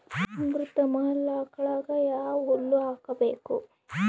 ಅಮೃತ ಮಹಲ್ ಆಕಳಗ ಯಾವ ಹುಲ್ಲು ಹಾಕಬೇಕು?